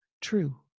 true